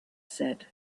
said